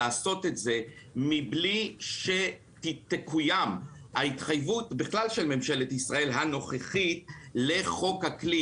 לעשות את זה מבלי שתקוים ההתחייבות של ממשלת ישראל הנוכחית לחוק האקלים.